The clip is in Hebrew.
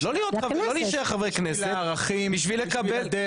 לא להישאר חבר כנסת, בשביל לקבל.